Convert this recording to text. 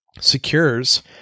secures